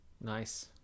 nice